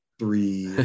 Three